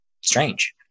strange